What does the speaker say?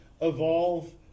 evolve